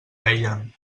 deien